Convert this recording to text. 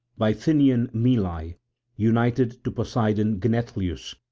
bithynian melie, united to poseidon genethlius,